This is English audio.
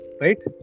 right